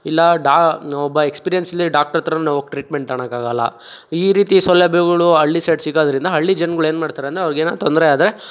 ಇಲ್ಲ ಡಾ ಒಬ್ಬ ಎಕ್ಸ್ಪೀರಿಯನ್ಸ್ ಇಲ್ದೆ ಡಾಕ್ಟ್ರಹತ್ರ ನಾವು ಹೋಗ್ ಟ್ರೀಟ್ಮೆಂಟ್ ತಗೊಳಕ್ಕಾಗಲ್ಲ ಈ ರೀತಿ ಸೌಲಭ್ಯಗಳು ಹಳ್ಳಿ ಸೈಡ್ ಸಿಗೋದ್ರಿಂದ ಹಳ್ಳಿ ಜನ್ಗುಳು ಏನು ಮಾಡ್ತಾರೆ ಅಂದರೆ ಅವ್ರಿಗೇನಾರ ತೊಂದರೆ ಆದರೆ